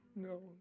No